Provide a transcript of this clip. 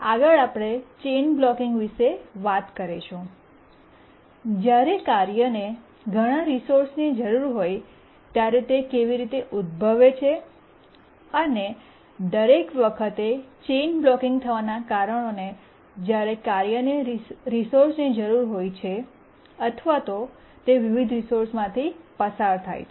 આગળ આપણે chain blocking વિશે વાત કરીશું જ્યારે કાર્યને ઘણા રિસોર્સની જરૂર હોય ત્યારે તે કેવી રીતે ઉદ્ભવે છે અને દરેક વખતે ચેઇન બ્લૉકિંગ થવાના કારણોને જ્યારે કાર્યને રિસોર્સની જરૂર હોય છે અથવા તે વિવિધ રિસોર્સ માંથી પસાર થાય છે